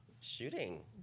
shooting